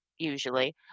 usually